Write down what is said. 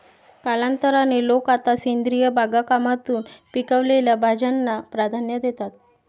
कालांतराने, लोक आता सेंद्रिय बागकामातून पिकवलेल्या भाज्यांना प्राधान्य देतात